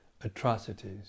atrocities